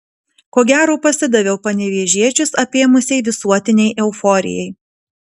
ko gero pasidaviau panevėžiečius apėmusiai visuotinei euforijai